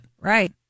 Right